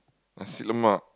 nasi lemak